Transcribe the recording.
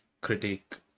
critic